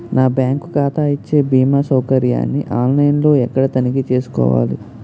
నా బ్యాంకు ఖాతా ఇచ్చే భీమా సౌకర్యాన్ని ఆన్ లైన్ లో ఎక్కడ తనిఖీ చేసుకోవాలి?